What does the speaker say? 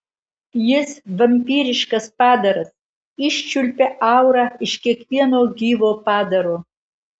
jis vampyriškas padaras iščiulpia aurą iš kiekvieno gyvo padaro